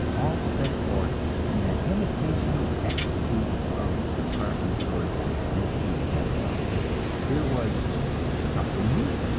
all set forth in that imitation ecstasy of department stores and seed catalogues here was something neat,